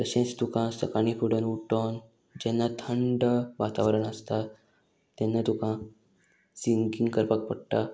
तशेंच तुका सकाळीं फुडोन उठोन जेन्ना थंड वातावरण आसता तेन्ना तुका सिंगींग करपाक पडटा